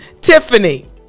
Tiffany